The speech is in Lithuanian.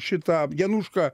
šitą janušką